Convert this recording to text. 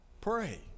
Pray